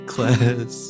Class